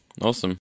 Awesome